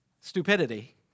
stupidity